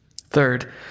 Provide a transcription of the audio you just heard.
Third